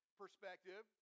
perspective